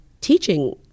teaching